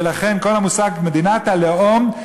ולכן כל המושג "מדינת הלאום",